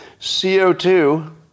CO2